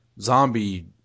zombie